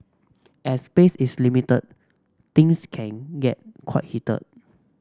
as space is limited things can get quite heated